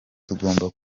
tugomba